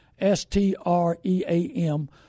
S-T-R-E-A-M